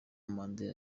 mandela